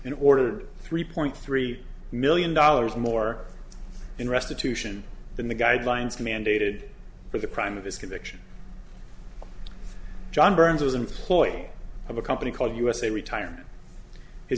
and ordered three point three million dollars more in restitution than the guidelines mandated for the prime of his conviction john byrne's was an employee of a company called usa retirement his